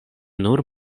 nur